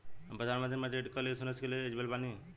हम प्रधानमंत्री medical insurance के लिए एलिजिबल बानी?